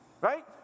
Right